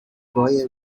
broye